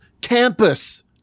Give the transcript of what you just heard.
campus